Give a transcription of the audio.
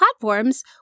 platforms